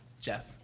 Jeff